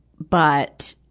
but,